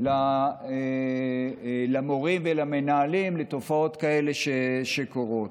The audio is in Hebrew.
של המורים והמנהלים לתופעות כאלה שקורות,